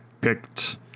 picked